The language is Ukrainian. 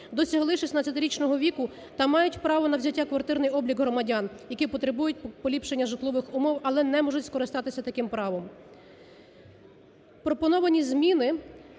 шістнадцятирічного віку та мають право на взяття на квартирний облік громадян, які потребують поліпшення житлових умов, але не можуть скористатися таким правом.